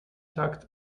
tucked